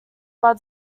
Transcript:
bud